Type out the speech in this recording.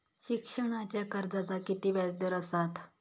शिक्षणाच्या कर्जाचा किती व्याजदर असात?